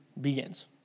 begins